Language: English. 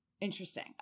Interesting